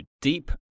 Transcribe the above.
deep